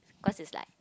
cause it's like